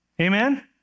Amen